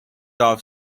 off